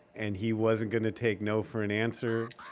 and he wasn't gonna take no for an answer,